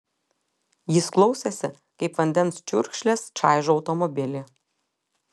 jis klausėsi kaip vandens čiurkšlės čaižo automobilį